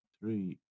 three